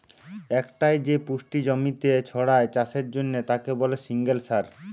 একটাই যে পুষ্টি জমিতে ছড়ায় চাষের জন্যে তাকে বলে সিঙ্গল সার